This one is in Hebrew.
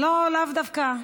לא, לאו דווקא.